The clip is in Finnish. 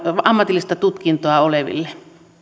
ammatillista tutkintoa oleville